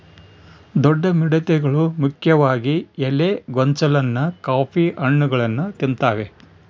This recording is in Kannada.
ದೊಡ್ಡ ಮಿಡತೆಗಳು ಮುಖ್ಯವಾಗಿ ಎಲೆ ಗೊಂಚಲನ್ನ ಕಾಫಿ ಹಣ್ಣುಗಳನ್ನ ತಿಂತಾವೆ